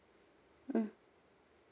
mm